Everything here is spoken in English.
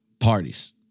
parties